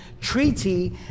treaty